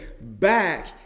back